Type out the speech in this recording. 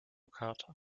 carter